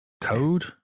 Code